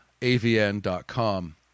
avn.com